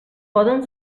poden